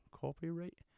copyright